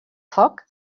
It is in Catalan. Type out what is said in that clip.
foc